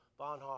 Bonhoeffer